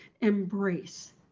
embrace